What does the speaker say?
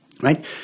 right